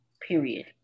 period